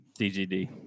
DGD